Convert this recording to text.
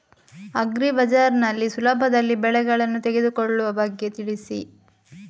agri Bazaar ನಲ್ಲಿ ಸುಲಭದಲ್ಲಿ ಬೆಳೆಗಳನ್ನು ತೆಗೆದುಕೊಳ್ಳುವ ಬಗ್ಗೆ ತಿಳಿಸಿ